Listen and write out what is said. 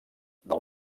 del